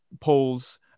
polls